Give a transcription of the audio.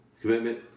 commitment